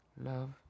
Love